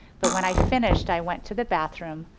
but when i finished, i went to the bathroom,